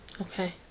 Okay